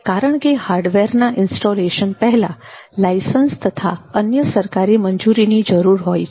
કારણકે હાર્ડવેરના ઈન્સ્ટોલેશન પહેલા લાયસન્સ તથા અન્ય સરકારી મંજૂરીની જરૂર હોય છે